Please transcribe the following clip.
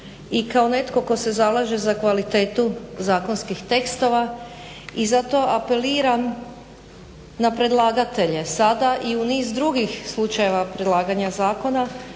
i kao netko tko se zalaže za kvalitetu zakonskih tekstova i zato apeliram na predlagatelje sada i u niz drugih slučajeva predlaganja zakona